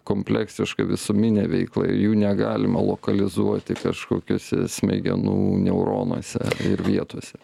kompleksiška visuomeninė veikla ir jų negalima lokalizuoti kažkokiuose smegenų neuronuose ir vietose